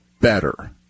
better